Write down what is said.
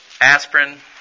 aspirin